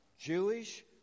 Jewish